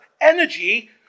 energy